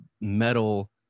metal